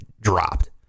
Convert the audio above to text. dropped